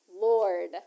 Lord